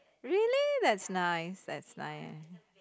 really that's nice that's nice